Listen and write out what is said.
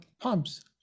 pumps